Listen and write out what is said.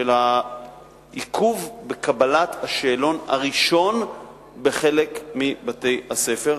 של העיכוב בקבלת השאלון הראשון בחלק מבתי-הספר.